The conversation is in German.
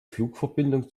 flugverbindung